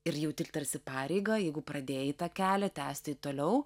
ir jauti tarsi pareigą jeigu pradėjai tą kelią tęsti toliau